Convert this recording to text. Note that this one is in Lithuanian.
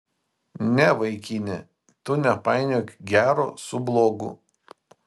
ne vaikine tu nepainiok gero su blogu